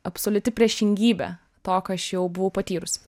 absoliuti priešingybė to ką aš jau buvau patyrusi